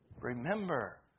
Remember